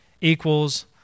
equals